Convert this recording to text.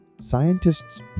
Scientists